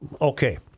Okay